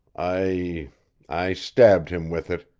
i i stabbed him with it,